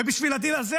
ובשביל הדיל הזה,